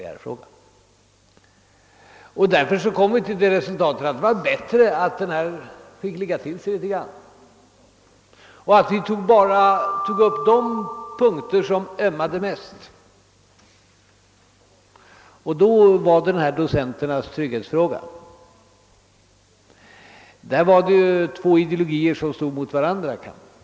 Vi fann därför, att det var bättre att den frågan fick ligga till sig litet och att vi nu bara tog upp de punkter som ömmade mest, exempelvis docenternas trygghetsfråga. Här stod två ideologier mot varandra.